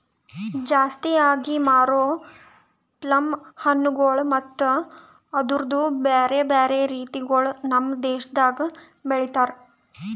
ಜಾಸ್ತಿ ಆಗಿ ಮಾರೋ ಪ್ಲಮ್ ಹಣ್ಣುಗೊಳ್ ಮತ್ತ ಅದುರ್ದು ಬ್ಯಾರೆ ಬ್ಯಾರೆ ರೀತಿಗೊಳ್ ನಮ್ ದೇಶದಾಗ್ ಬೆಳಿತಾರ್